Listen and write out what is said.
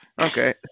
Okay